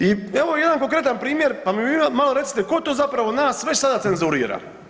I evo jedan konkretan primjer pa mi malo recite ko to zapravo nas već sada cenzurira?